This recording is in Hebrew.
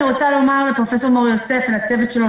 אני רוצה לומר לפרופ' מור יוסף ולצוות שלו,